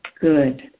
Good